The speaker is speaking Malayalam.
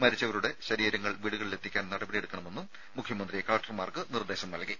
മരിച്ചവരുടെ ശരീരങ്ങൾ വീടുകളിലെത്തിക്കാൻ നടപടിയെടുക്കണമെന്നും മുഖ്യമന്ത്രി കലക്ടർമാരോട് ആവശ്യപ്പെട്ടു